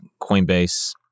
Coinbase